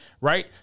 right